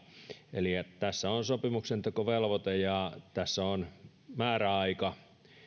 eli tässä on sopimuksentekovelvoite ja tässä on määräaika